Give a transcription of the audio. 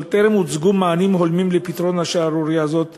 אבל טרם הוצגו מענים הולמים לפתרון השערורייה הזאת